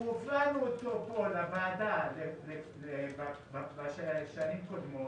שהופענו איתו פה בוועדה בשנים הקודמות,